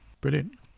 Brilliant